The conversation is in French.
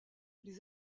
les